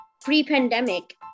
pre-pandemic